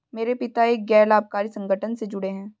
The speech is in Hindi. मेरे पिता एक गैर लाभकारी संगठन से जुड़े हैं